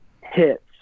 hits